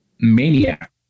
maniac